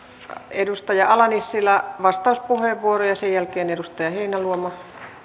edustaja ala nissilä vastauspuheenvuoro ja sen jälkeen edustaja heinäluoma